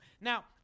Now